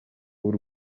w’u